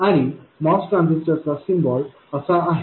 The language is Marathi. आणि MOS ट्रान्झिस्टरचा सिम्बल असा आहे